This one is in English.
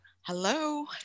Hello